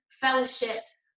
fellowships